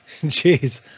Jeez